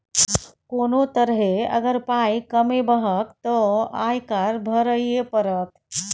कोनो तरहे अगर पाय कमेबहक तँ आयकर भरइये पड़त